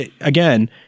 again